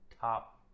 top